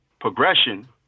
progression